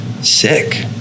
sick